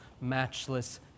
matchless